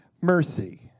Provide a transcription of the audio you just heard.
Mercy